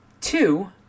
Two